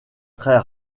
très